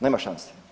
Nema šanse.